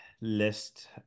list